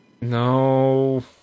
No